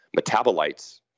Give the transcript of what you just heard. metabolites